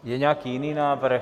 Je nějaký jiný návrh?